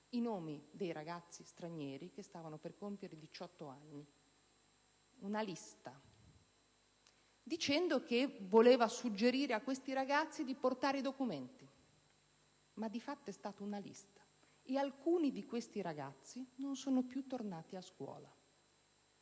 i nomi dei ragazzi stranieri che stavano per compiere 18 anni, dicendo che voleva suggerire loro di portare i documenti, ma di fatto è stata una lista ed alcuni di questi ragazzi non sono più tornati a scuola.